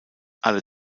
alle